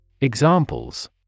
Examples